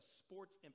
sports